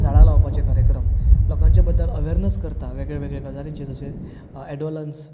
झाडां लावपाचे कार्यक्रम लोकांचे बद्दल अवेरनस करता वेगळे वेगळे गजालींचेर जशें एडोलंस